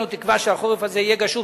אנו תקווה שהחורף הזה יהיה גשום.